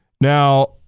Now